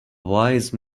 wise